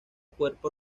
cuerpo